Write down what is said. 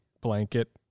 blanket